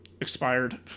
expired